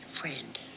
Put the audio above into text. Friend